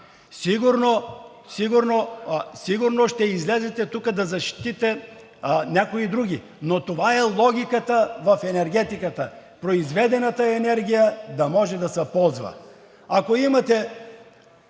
Сигурно ще излезете тук да защитите някои други, но това е логиката в енергетиката – произведената енергия да може да се ползва. Ако имате